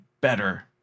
better